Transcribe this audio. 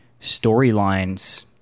storylines –